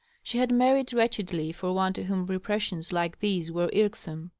she had married wretchedly for one to whom repressions like these were irksome.